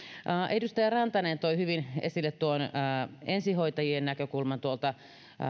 edustaja rantanen toi hyvin esille tuon ensihoitajien näkökulman tuolta